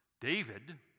David